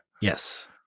Yes